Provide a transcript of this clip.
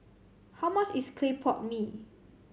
how much is clay pot mee